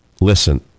Listen